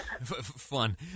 Fun